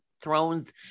thrones